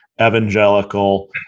evangelical